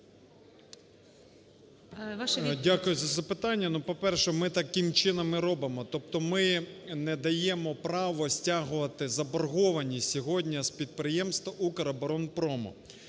Дякую за запитання. Ну, по-перше, ми таким чином і робимо. Тобто ми не даємо право стягувати заборгованість сьогодні з підприємств "Укроборонпрому".